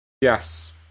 Yes